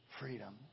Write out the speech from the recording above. Freedom